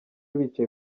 bicaye